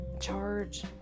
charge